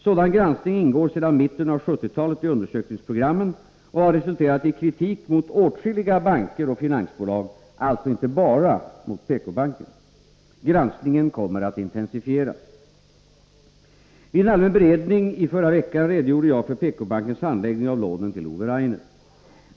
Sådan granskning ingår sedan mitten av 1970-talet i undersökningsprogrammen och har resulterat i kritik mot åtskilliga banker och finansbolag, alltså inte bara mot PK-banken. Granskningen kommer att intensifieras. Vid en allmän beredning i förra veckan redogjorde jag för PK-bankens handläggning av lånen till Ove Rainer.